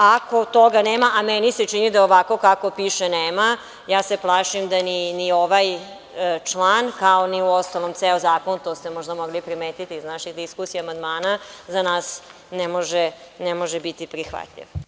Ako toga nema, a meni se čini da ovako kako piše nema, ja se plašim da ni ovaj član, kao ni uostalom ceo zakon, a to ste možda mogli primetiti iz naših diskusija o amandmanima, za nas ne može biti prihvatljiv.